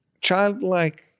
childlike